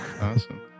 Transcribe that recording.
Awesome